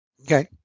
Okay